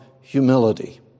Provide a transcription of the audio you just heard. humility